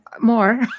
more